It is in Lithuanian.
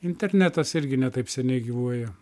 internetas irgi ne taip seniai gyvuoja